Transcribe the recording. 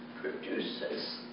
produces